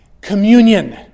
communion